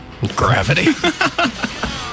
Gravity